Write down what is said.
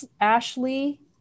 Ashley